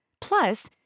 Plus